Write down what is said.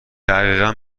دقیقا